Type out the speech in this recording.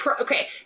okay